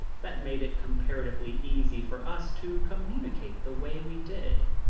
that made it comparatively easy for us to communicate the way we did,